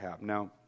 Now